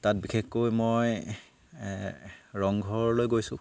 তাত বিশেষকৈ মই ৰংঘৰলৈ গৈছোঁ